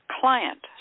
client